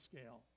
scale